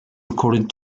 recorded